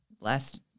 last